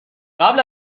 قبل